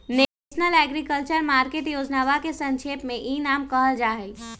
national agriculture market योजनवा के संक्षेप में ई नाम कहल जाहई